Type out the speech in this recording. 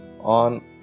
on